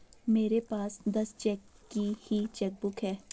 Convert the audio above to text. मेरे पास दस चेक की ही चेकबुक है